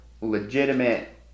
legitimate